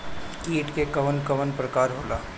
कीट के कवन कवन प्रकार होला?